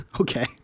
Okay